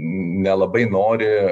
nelabai nori